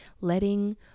letting